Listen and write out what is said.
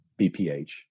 BPH